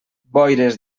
boires